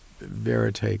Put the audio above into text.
verite